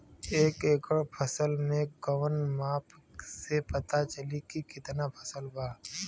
एक एकड़ फसल के कवन माप से पता चली की कितना फल बा?